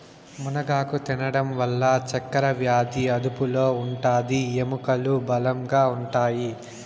మునగాకు తినడం వల్ల చక్కరవ్యాది అదుపులో ఉంటాది, ఎముకలు బలంగా ఉంటాయి